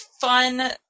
fun